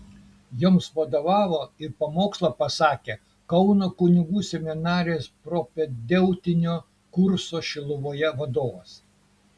joms vadovavo ir pamokslą pasakė kauno kunigų seminarijos propedeutinio kurso šiluvoje vadovas